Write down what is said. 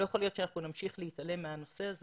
לא יכול להיות שאנחנו נמשיך להתעלם מהנושא הזה